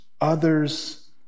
other's